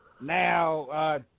now